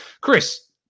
Chris